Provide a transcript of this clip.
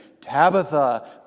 Tabitha